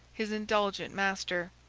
his indulgent master.